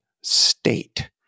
state